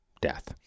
Death